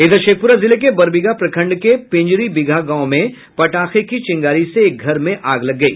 इधर शेखपुरा जिले के बरबीघा प्रखंड के पिंजरीबीघा गांव में पटाखे की चिंगारी से एक घर में आग लग गई